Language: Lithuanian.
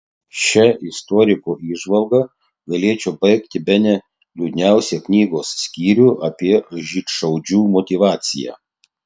šia istoriko įžvalga galėčiau baigti bene liūdniausią knygos skyrių apie žydšaudžių motyvaciją